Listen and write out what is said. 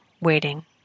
waiting